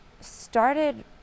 started